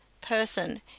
person